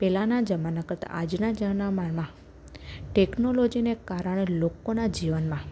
પહેલાંના જમાના કરતાં આજના જમાનામાં ટેક્નોલોજીને કારણે લોકોનાં જીવનમાં